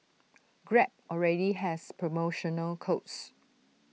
grab already has promotional codes